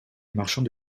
marchands